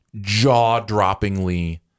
jaw-droppingly